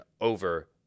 over